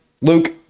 Luke